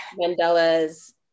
Mandela's